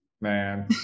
Man